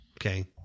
Okay